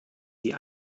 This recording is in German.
sie